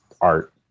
art